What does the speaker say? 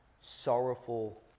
sorrowful